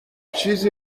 چیزی